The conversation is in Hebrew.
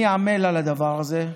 אני עמל על הדבר הזה.